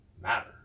matter